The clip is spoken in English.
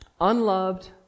unloved